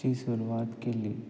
ची सुरवात केली